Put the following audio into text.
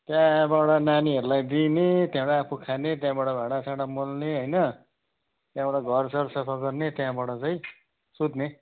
त्यहाँबाट नानीहरूलाई दिने त्यहाँबाट आफू खाने त्यहाँबाट भाँडासाँडा मोल्ने होइन त्यहाँबाट घरसर सफा गर्ने त्यहाँबाट चाहिँ सुत्ने